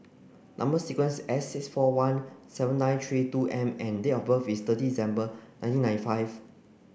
number sequence S six four one seven nine three two M and date of birth is third December nineteen ninety five